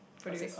produce